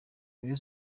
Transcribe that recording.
rayon